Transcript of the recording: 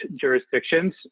jurisdictions